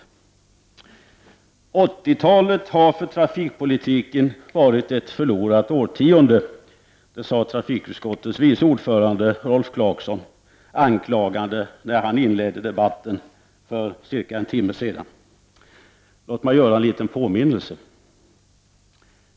1980-talet har för trafikpolitikens del varit ett förlorat årtionde, sade trafikutskottets vice ordförande Rolf Clarkson anklagande, när han inledde debatten för ungefär en timme sedan. Låt mig komma med en liten påminnelse.